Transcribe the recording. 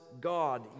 God